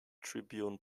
tribune